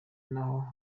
naho